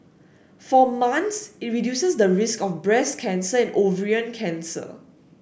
for man's it reduces the risk of breast cancer and ovarian cancer